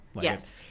Yes